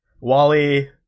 Wally